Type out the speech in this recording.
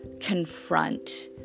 confront